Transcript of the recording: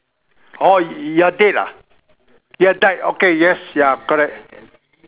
oh you're dead ah you've died okay yes ya correct